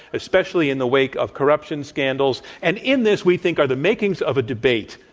especially in the wake of corruption scandals. and, in this, we think are the makings of a debate.